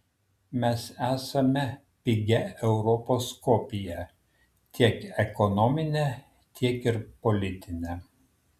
mes esame pigia europos kopija tiek ekonomine tiek ir politine